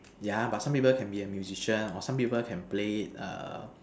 yeah but some people can be a musician or some people can play it err